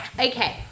Okay